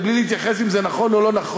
ובלי להתייחס אם זה נכון או לא נכון?